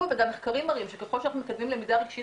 וגם מחקרים מראים שככל שאנחנו מקדמים למידה רגשית